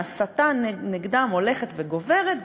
שההסתה נגדם הולכת וגוברת,